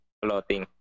floating